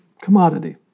Commodity